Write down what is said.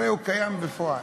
הרי הוא קיים בפועל,